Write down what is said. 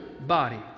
body